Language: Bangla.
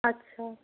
আচ্ছা